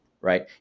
right